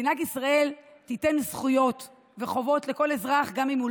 מדינת ישראל תיתן זכויות וחובות לכל אזרח גם אם הוא